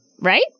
right